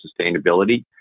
sustainability